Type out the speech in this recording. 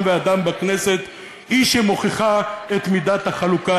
ואדם בכנסת היא שמוכיחה את מידת החלוקה.